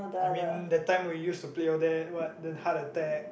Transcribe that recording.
I mean that time we used to play all that what the heart attack